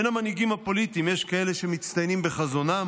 בין המנהיגים הפוליטיים יש כאלה שמצטיינים בחזונם